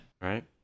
Right